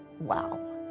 wow